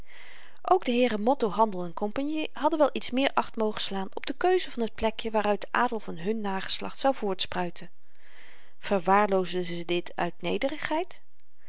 ook de heeren motto handel cie hadden wel iets meer acht mogen slaan op de keuze van t plekje waaruit de adel van hun nageslacht zou voortspruiten verwaarloosden ze dit uit nederigheid